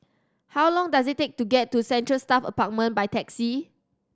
how long does it take to get to Central Staff Apartment by taxi